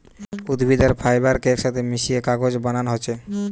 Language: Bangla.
উদ্ভিদ আর ফাইবার কে একসাথে মিশিয়ে কাগজ বানানা হচ্ছে